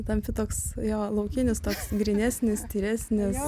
tampi toks jo laukinis toks grynesnis tyresnis